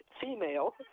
female